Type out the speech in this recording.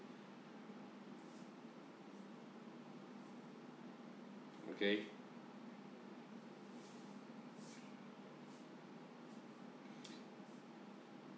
okay